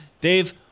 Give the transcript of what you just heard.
Dave